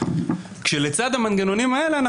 לצד המנגנונים האלה,